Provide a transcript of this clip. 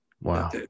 Wow